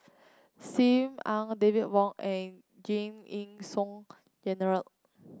Sim Ann David Wong and Giam Yean Song Gerald